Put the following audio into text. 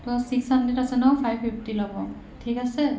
ত' six hundred আছে ন' five fifty ল'ব ঠিক আছে